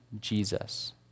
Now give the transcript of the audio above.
Jesus